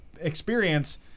experience